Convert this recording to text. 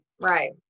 right